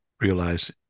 realize